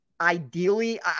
ideally